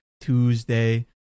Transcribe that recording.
Tuesday